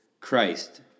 Christ